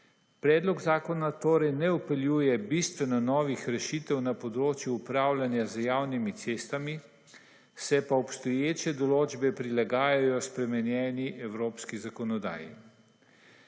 Predlog zakona torej ne vpeljuje bistveno novih rešitev na področju upravljanja z javnimi cestami, se pa obstoječe določbe prilagajajo spremenjeni evropski zakonodaji.